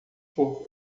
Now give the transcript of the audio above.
por